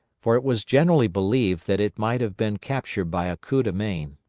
for it was generally believed that it might have been captured by a coup de main.